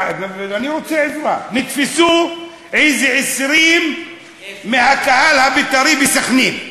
אני רוצה עזרה: נתפסו איזה 20 מהקהל הבית"רי בסח'נין.